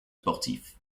sportifs